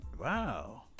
Wow